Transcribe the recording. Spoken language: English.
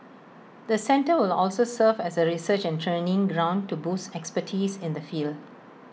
the centre will also serve as A research and training ground to boost expertise in the field